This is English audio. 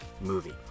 movie